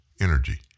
energy